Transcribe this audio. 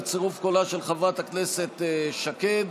בצירוף קולה של חברת הכנסת שקד,